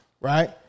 right